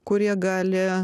kurie gali